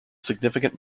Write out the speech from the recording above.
significant